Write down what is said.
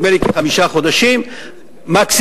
נדמה לי כחמישה חודשים מקסימום,